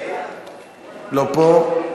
לא פה.